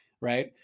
right